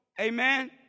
Amen